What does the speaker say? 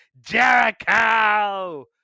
Jericho